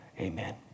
amen